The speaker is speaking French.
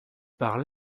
par